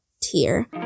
tier